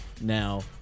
now